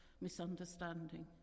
misunderstanding